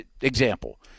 example